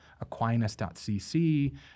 aquinas.cc